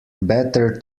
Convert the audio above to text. better